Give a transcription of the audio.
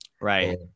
Right